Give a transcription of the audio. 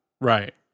Right